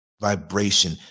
vibration